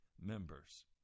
members